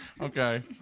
Okay